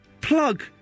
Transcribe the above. plug